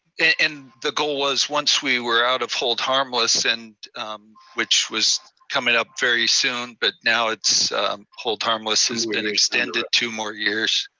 and the goal was, once we were out of hold harmless, and which was coming up very soon, but now hold harmless has been extended two more years.